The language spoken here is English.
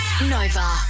Nova